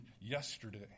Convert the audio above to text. yesterday